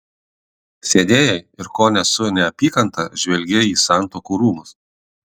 sėdėjai ir kone su neapykanta žvelgei į santuokų rūmus